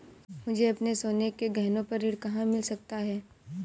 मुझे अपने सोने के गहनों पर ऋण कहाँ मिल सकता है?